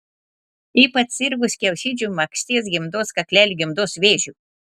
ypač sirgus kiaušidžių makšties gimdos kaklelio gimdos vėžiu